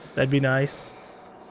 that'd be nice.